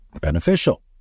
beneficial